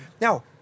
Now